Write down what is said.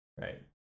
Right